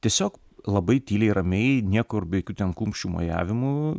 tiesiog labai tyliai ramiai niekur be jokių ten kumščių mojavimų